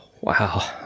wow